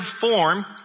form